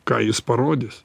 ką jis parodys